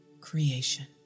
creation